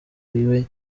wiwe